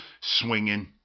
swinging